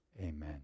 amen